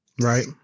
Right